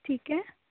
ٹھیک ہے